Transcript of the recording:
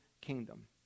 kingdom